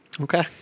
Okay